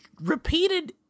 repeated